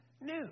new